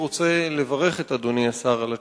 אני רוצה לברך את אדוני השר על התשובה,